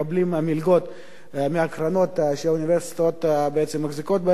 מלגות מהקרנות שהאוניברסיטאות מחזיקות בהן.